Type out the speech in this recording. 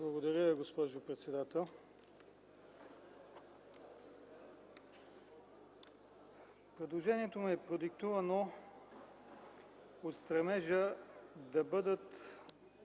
Благодаря, госпожо председател. Предложението ми е продиктувано от стремежа да бъдат